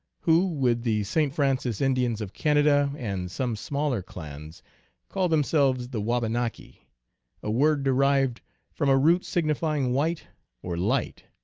who with the st. francis indians of canada and some smaller clans call themselves the wabanaki, a word derived from a root signifying white or light,